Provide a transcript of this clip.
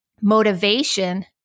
motivation